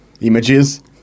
images